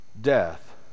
death